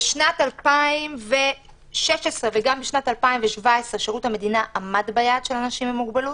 בשנת 2016 וגם בשנת 2017 שירות המדינה עמד ביעד של אנשים עם מוגבלות.